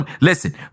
listen